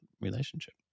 relationship